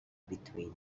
between